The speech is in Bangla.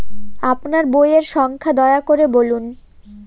আপনার বইয়ের সংখ্যা দয়া করে বলুন?